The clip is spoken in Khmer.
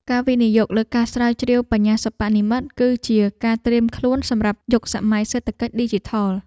ការវិនិយោគលើការស្រាវជ្រាវបញ្ញាសិប្បនិម្មិត គឺជាការត្រៀមខ្លួនសម្រាប់យុគសម័យសេដ្ឋកិច្ចឌីជីថល។